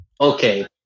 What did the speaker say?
okay